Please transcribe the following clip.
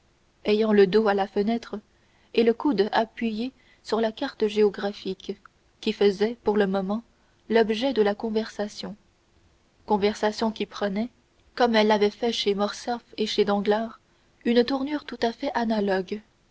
ayant le dos à la fenêtre et le coude appuyé sur la carte géographique qui faisait pour le moment l'objet de la conversation conversation qui prenait comme elle l'avait fait chez morcerf et chez danglars une tournure tout à fait analogue